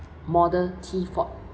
model T ford